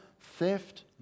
theft